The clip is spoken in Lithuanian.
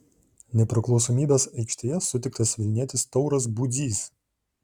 nepriklausomybės aikštėje sutiktas vilnietis tauras budzys